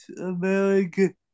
American